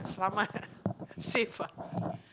safe ah